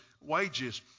wages